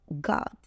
God